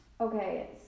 okay